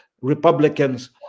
Republicans